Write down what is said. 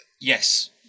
Yes